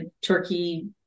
Turkey